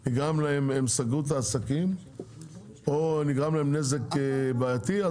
הם סגרו את העסקים או נגרם להם נזק בעייתי,